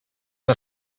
una